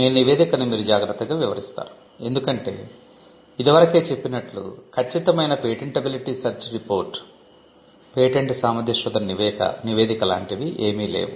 మీ నివేదికను మీరు జాగ్రత్తగా వివరిస్తారు ఎందుకంటే ఇదివరకే చెప్పినట్లు ఖచ్చితమైన పేటెంటబిలిటీ సెర్చ్ రిపోర్ట్ వంటివి ఏవీ లేవు